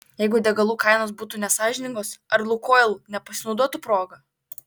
jeigu degalų kainos būtų nesąžiningos ar lukoil nepasinaudotų proga